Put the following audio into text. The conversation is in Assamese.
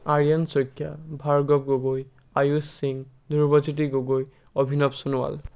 আৰিয়ন শইকীয়া ভাৰ্গৱ গগৈ আয়ুস সিং ধ্ৰুবজ্যোতি গগৈ অভিনৱ সোণোৱাল